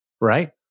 right